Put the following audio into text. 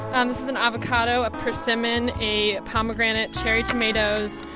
and this is an avocado, a persimmon, a pomegranate, cherry tomatoes,